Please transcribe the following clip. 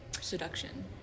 seduction